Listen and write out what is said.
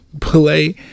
play